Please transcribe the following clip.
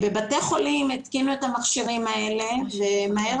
בבתי חולים התקינו את המכשירים האלה ומהר